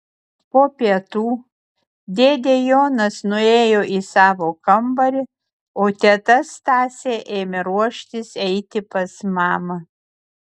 po pietų dėdė jonas nuėjo į savo kambarį o teta stasė ėmė ruoštis eiti pas mamą